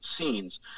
scenes